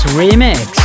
remix